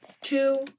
two